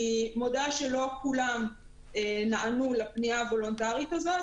אני מודה שלא כולם נענו לפנייה הוולונטרית הזאת,